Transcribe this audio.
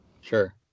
Sure